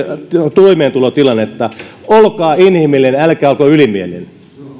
toimeentulotilannetta olkaa inhimillinen älkää olko ylimielinen